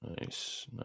Nice